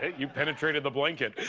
you penetrated the blanket.